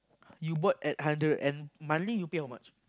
you bought at hundred and monthly you pay how much